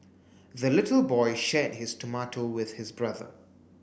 the little boy shared his tomato with his brother